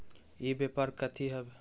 ई व्यापार कथी हव?